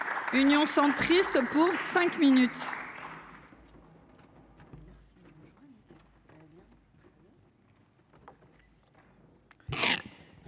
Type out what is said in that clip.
Union centriste pour cinq minutes.